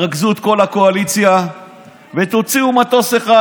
שתרכזו את כל הקואליציה ותוציאו מטוס אחד,